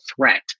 threat